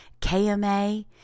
KMA